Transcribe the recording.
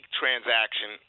transaction